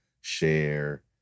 share